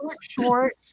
short